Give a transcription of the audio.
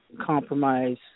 Compromise